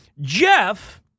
Jeff